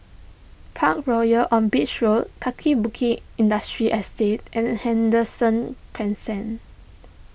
Parkroyal on Beach Road Kaki Bukit Industrial Estate and Henderson Crescent